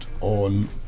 on